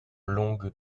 longues